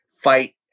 fight